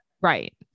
Right